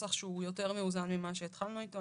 לנוסח שהוא יותר מאוזן ממה שהתחלנו איתו.